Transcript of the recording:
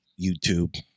YouTube